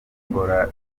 gukora